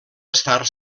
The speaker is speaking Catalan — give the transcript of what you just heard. estar